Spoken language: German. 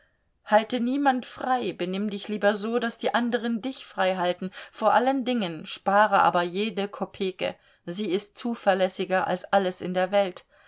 halte niemand frei benimm dich lieber so daß die anderen dich freihalten vor allen dingen spare aber jede kopeke sie ist zuverlässiger als alles in der welt